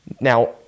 now